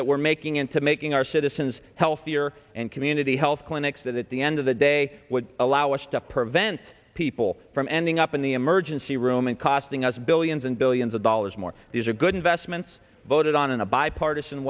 that we're making into making our citizens healthier and community health clinics that at the end of the day would allow us to prevent people from ending up in the emergency room and costing us billions and billions of dollars more these are good investments voted on in a bipartisan